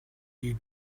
you